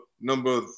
number